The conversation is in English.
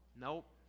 Nope